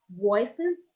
voices